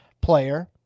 player